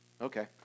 Okay